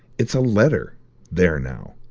it's a letter. there now!